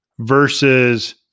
versus